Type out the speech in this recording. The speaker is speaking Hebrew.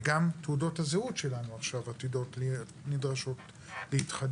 וגם תעודות הזהות שלנו עכשיו נדרשות להתחדש.